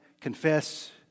confess